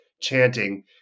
chanting